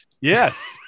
Yes